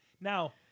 now